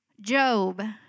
Job